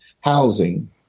housing